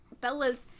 bella's